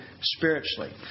spiritually